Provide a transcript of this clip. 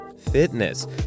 fitness